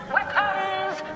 Weapons